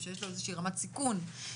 שיש לו איזה שהיא רמת סיכון בריאותית,